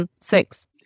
six